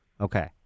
Okay